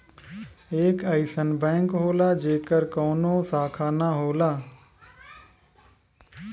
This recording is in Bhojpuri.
एक अइसन बैंक होला जेकर कउनो शाखा ना होला